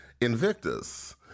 Invictus